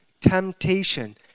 temptation